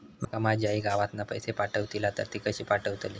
माका माझी आई गावातना पैसे पाठवतीला तर ती कशी पाठवतली?